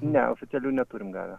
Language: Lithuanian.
ne oficialių neturim gavę